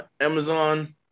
Amazon